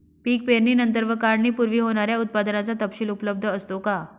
पीक पेरणीनंतर व काढणीपूर्वी होणाऱ्या उत्पादनाचा तपशील उपलब्ध असतो का?